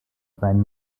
rhein